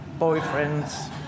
boyfriends